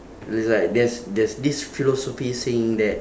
it's like there's there's this philosophy saying that